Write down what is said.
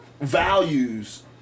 values